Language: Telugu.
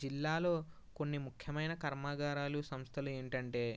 జిల్లాలో కొన్ని ముఖ్యమైన కర్మాగారాలు సంస్థలు ఏంటంటే